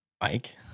Mike